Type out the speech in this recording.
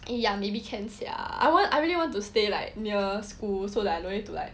ya maybe can sia I want I really wanted to stay like near school so that I don't need to like